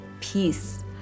peace